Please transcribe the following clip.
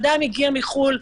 אדם הגיע מחו"ל,